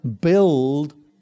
build